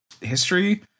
history